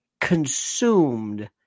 consumed